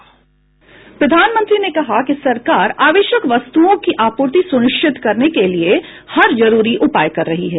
प्रधानमंत्री ने कहा कि सरकार आवश्यक वस्तुओं की आपूर्ति सुनिश्चित करने के लिए हर जरूरी उपाय कर रही है